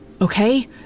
okay